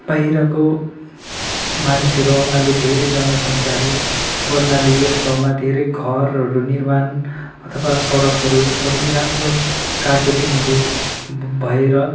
बाहिरको मानिसहरू आउनाले धेरै जनसङ्ख्याहरू बढ्नाले यस ठाउँमा धेरै घरहरू निर्माण अथवा सडकहरू पनि राम्रो कार्पेटिङहरू भएर